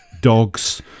dogs